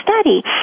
study